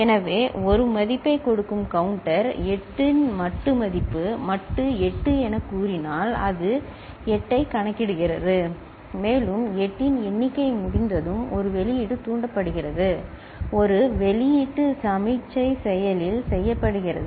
எனவே ஒரு மதிப்பைக் கொடுக்கும் கவுண்ட்டர் 8 இன் மட்டு மதிப்பு மட்டு 8 எனக் கூறினால் அது 8 ஐக் கணக்கிடுகிறது மேலும் 8 இன் எண்ணிக்கை முடிந்ததும் ஒரு வெளியீடு தூண்டப்படுகிறது ஒரு வெளியீட்டு சமிக்ஞை செயலில் செய்யப்படுகிறது